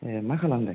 ए मा खालामदों